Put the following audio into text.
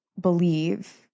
believe